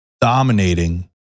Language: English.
dominating